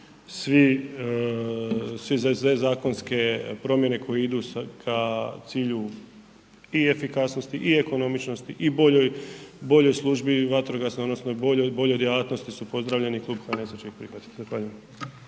sve zakonske promjene koje idu k cilju i efikasnosti i ekonomičnosti i boljoj službi vatrogasnoj odnosno boljoj djelatnosti su pozdravljeni i klub HNS-a će prihvatiti.